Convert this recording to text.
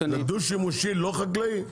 זה דו שימושי לא חקלאי?